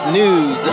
news